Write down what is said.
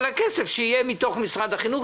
אבל הכסף שיהיה מתוך משרד החינוך.